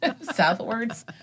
southwards